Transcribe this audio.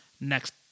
next